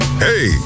Hey